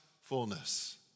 fullness